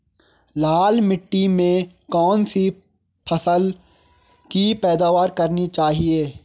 लाल मिट्टी में कौन सी फसल की पैदावार करनी चाहिए?